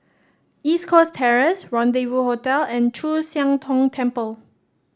East Coast Terrace Rendezvous Hotel and Chu Siang Tong Temple